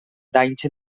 danys